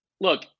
look